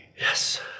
Yes